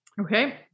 Okay